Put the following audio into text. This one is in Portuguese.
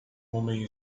homem